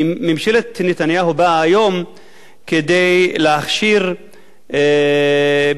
ממשלת נתניהו באה היום כדי להכשיר מבנים,